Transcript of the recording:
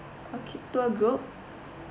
okay tour group